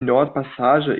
nordpassage